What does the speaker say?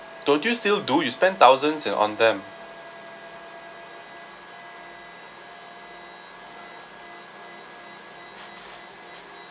don't you still do you spend thousands eh on them